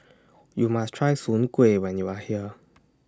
YOU must Try Soon Kuih when YOU Are here